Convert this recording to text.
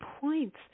points